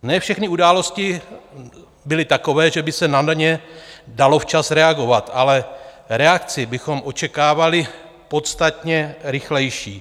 Ne všechny události byly takové, že by se na ně dalo včas reagovat, ale reakci bychom očekávali podstatně rychlejší.